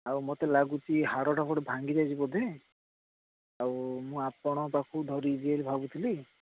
ଆଉ ମୋତେ ଲାଗୁଛି ହାଡ଼ଟା କେଉଁଠି ଭାଙ୍ଗି ଯାଇଛି ବୋଧେ ଆଉ ମୁଁ ଆପଣଙ୍କ ପାଖକୁ ଧରିକି ଯିବି ବୋଲି ଭାବୁଥିଲି